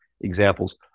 examples